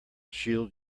shield